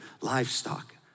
livestock